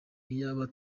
iyaba